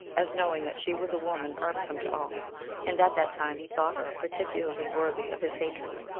as knowing that she was a woman irksome to all and at that time he thought her particularly worthy of his hatred,